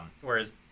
whereas